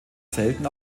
selten